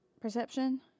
Perception